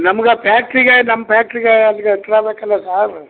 ನಮಗಾ ಪ್ಯಾಕ್ಟ್ರಿಗೆ ನಮ್ಮ ಪ್ಯಾಕ್ಟ್ರಿಗೆ ಅಲ್ಲಿಗೆ ಹತ್ತಿರ ಆಗಬೇಕಲ್ಲ ಸಾರ್